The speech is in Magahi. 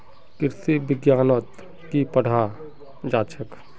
कृषि विज्ञानत की पढ़ाल जाछेक